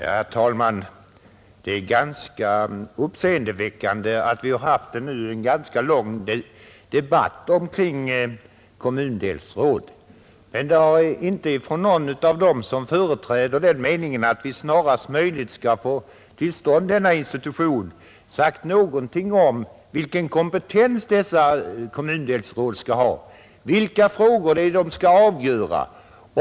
Herr talman! Det är ganska uppseendeväckande att i den ganska långa debatt som vi nu har haft omkring kommundelsråd har ingen av dem som biträder meningen att vi snarast möjligt skall få denna institution sagt någonting om vilken kompetens dessa kommundelsråd skall ha. Vilka frågor skall de avgöra?